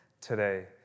today